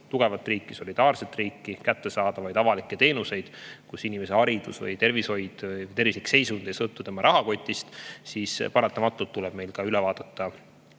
tugevat riiki, solidaarset riiki ja kättesaadavaid avalikke teenuseid, nii et inimese haridus või tervislik seisund ei sõltuks tema rahakotist, siis paratamatult tuleb meil üle vaadata